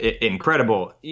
incredible